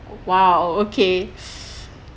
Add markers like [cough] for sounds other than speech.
!wow! okay [breath]